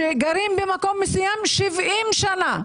שגרים במקום מסוים 70 שנה,